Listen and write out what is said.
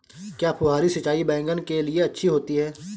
क्या फुहारी सिंचाई बैगन के लिए अच्छी होती है?